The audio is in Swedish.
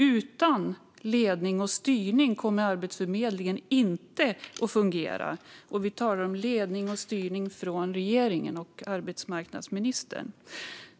Utan ledning och styrning kommer Arbetsförmedlingen inte att fungera, och jag talar om ledning och styrning från regeringen och arbetsmarknadsministern.